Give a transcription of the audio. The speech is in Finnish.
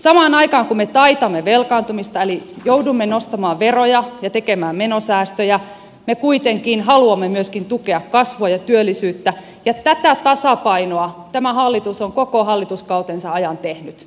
samaan aikaan kun me taitamme velkaantumista eli joudumme nostamaan veroja ja tekemään menosäästöjä me kuitenkin haluamme myöskin tukea kasvua ja työllisyyttä ja tätä tasapainoa tämä hallitus on koko hallituskautensa ajan tehnyt